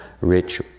rich